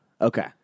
Okay